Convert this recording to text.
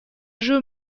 jeux